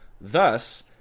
Thus